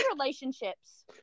relationships